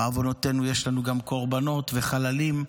בעוונותינו, יש לנו גם קורבנות וחללים.